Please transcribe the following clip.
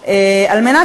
אוכלים,